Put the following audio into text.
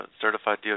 certified